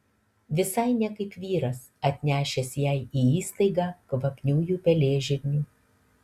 visai ne kaip vyras atnešęs jai į įstaigą kvapniųjų pelėžirnių